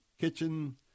kitchen